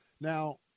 Now